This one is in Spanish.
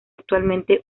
actualmente